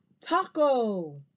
Taco